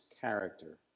character